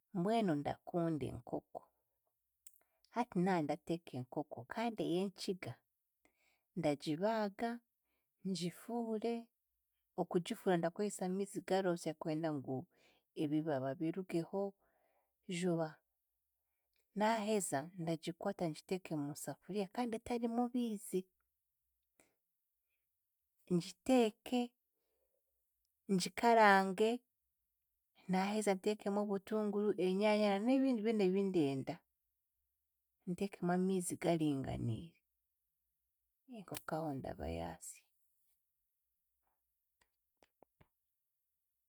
Mbwenu ndakunda enkoko. Hati nandateeka enkoko kandi ey'enkiga, ndagibaaga, ngifuure, okugifuura ndakozesa amiizi garoosa kwenda ngu ebibaba birugeho juba. Naaheza ndagikwata ngiteeke mu safuriya kandi etarimu biizi, ngiteeke, ngikarange naaheza nteekemu obutunguru, enyaanya na n'ebindi ebindi ebindenda, nteekemu amiizi garinganiire, enkoko aho ndaba yaasya.